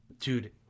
dude